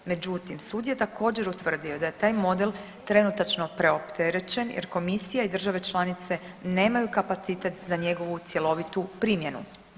Međutim, sud je također utvrdio da je taj model trenutačno preopterečen je Komisija i države članice nemaju kapacitet za njegovu cjelovitu primjenu.